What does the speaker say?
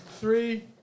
three